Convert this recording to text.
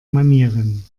manieren